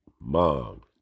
Mom